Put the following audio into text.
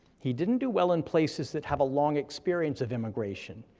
he didn't do well in places that have a long experience of immigration,